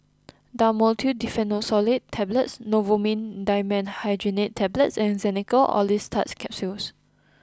Dhamotil Diphenoxylate Tablets Novomin Dimenhydrinate Tablets and Xenical Orlistat Capsules